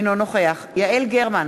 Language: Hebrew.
אינו נוכח יעל גרמן,